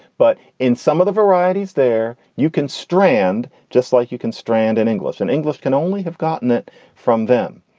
but in some of the varieties there you can strand just like you can strand in english and english can only have gotten it from them.